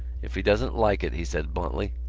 if he doesn't like it, he said bluntly,